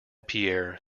pierre